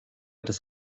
des